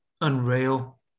unreal